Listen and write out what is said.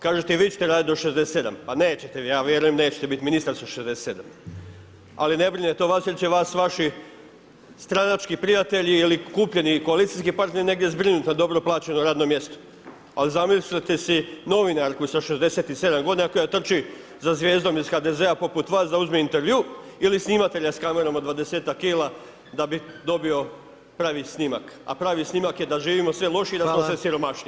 Kažete i vi ćete radit do 67 pa nećete, ja vjerujem da nećete biti ministar sa 67, ali ne brine to vas jer će vas vaši stranački prijatelji ili kupljeni koalicijski partneri negdje zbrinut na dobro plaćeno radno mjesto, ali zamislite si novinarku sa 67 godina koja trči za zvijezdom iz HDZ-a poput vas da uzme intervju ili snimatelja s kamerom od 20ak kila da bi dobio pravi snimak, a pravi snimak je da živimo sve lošije i da smo sve siromašniji.